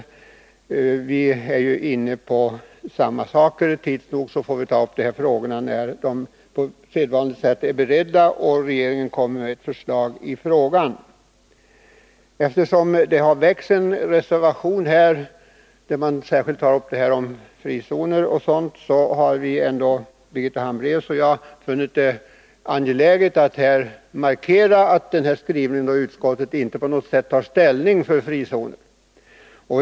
Utskottsmajoriteten och reservanterna är ju i stort inne på samma linje. Tids nog får vi ta upp de här frågorna, när de på sedvanligt sätt är beredda och regeringen har presenterat ett förslag i ärendet. Eftersom det ändå har avgivits en reservation, där man särskilt tar upp frågan om frizoner o. d., har Birgitta Hambraeus och jag funnit det angeläget att markera att utskottets skrivning inte innebär att utskottet på något sätt tar ställning för frizoner.